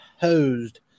hosed